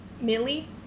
Millie